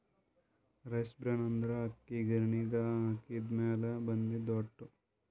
rice bran ಅಂದ್ರ ಅಕ್ಕಿ ಗಿರಿಣಿಗ್ ಹಾಕಿದ್ದ್ ಮ್ಯಾಲ್ ಬಂದಿದ್ದ್ ಹೊಟ್ಟ